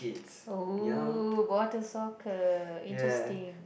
oh water soccer interesting